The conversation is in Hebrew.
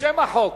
לשם החוק